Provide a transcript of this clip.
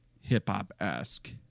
hip-hop-esque